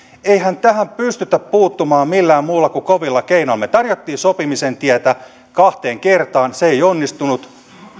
eihän tähän pystytä puuttumaan millään muulla kuin kovilla keinoilla me tarjosimme sopimisen tietä kahteen kertaan se ei onnistunut